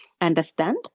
Understand